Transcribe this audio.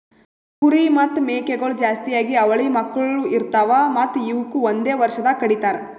ಕುರಿ ಮತ್ತ್ ಮೇಕೆಗೊಳ್ ಜಾಸ್ತಿಯಾಗಿ ಅವಳಿ ಮಕ್ಕುಳ್ ಇರ್ತಾವ್ ಮತ್ತ್ ಇವುಕ್ ಒಂದೆ ವರ್ಷದಾಗ್ ಕಡಿತಾರ್